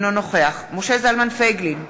אינו נוכח משה זלמן פייגלין,